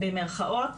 במירכאות.